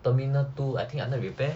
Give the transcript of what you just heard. terminal two I think under repair